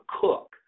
cook